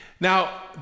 Now